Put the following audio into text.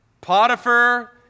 Potiphar